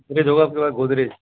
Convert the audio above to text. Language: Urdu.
گودریج ہو گا آپ کے پاس گودریج